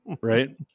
Right